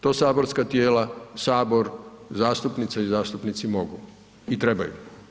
To saborska tijela, Sabor, zastupnice i zastupnici mogu i trebaju.